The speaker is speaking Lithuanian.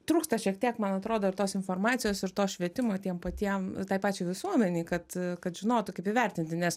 trūksta šiek tiek man atrodo tos informacijos ir to švietimo tiem patiem tai pačiai visuomenei kad kad žinotų kaip įvertinti nes